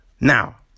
now